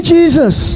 Jesus